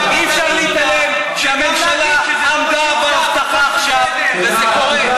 אי-אפשר להתעלם מכך שהממשלה עמדה בהבטחה עכשיו וזה קורה.